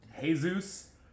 Jesus